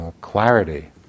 clarity